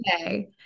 okay